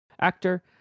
actor